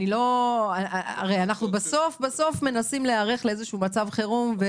הרי בסוף אנחנו מנסים להיערך לאיזה מצב חירום.